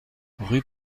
rue